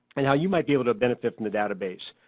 and how you might be able to benefit from the database.